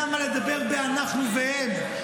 למה לדבר ב"אנחנו" ו"הם"?